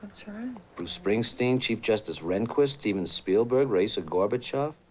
bruce springsteen, chief justice rehnquist, steven spielberg, raisa gorbachev.